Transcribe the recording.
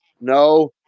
no